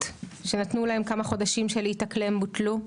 שנתנו להם כמה חודשים של להתאקלם בוטלו.